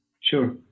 Sure